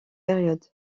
période